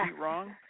wrong